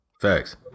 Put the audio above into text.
Facts